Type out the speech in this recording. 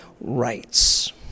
rights